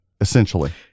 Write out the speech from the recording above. essentially